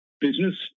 business